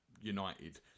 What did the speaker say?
United